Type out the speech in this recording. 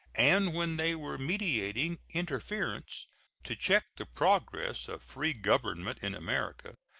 and when they were meditating interference to check the progress of free government in america,